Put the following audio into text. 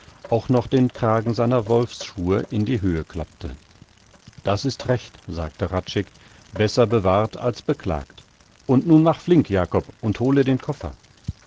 auch noch den kragen seiner wolfsschur in die höhe klappte das ist recht sagte hradscheck besser bewahrt als beklagt und nun mach flink jakob und hole den koffer